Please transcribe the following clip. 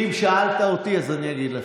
אם שאלת אותי אז אני אגיד לך.